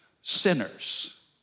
sinners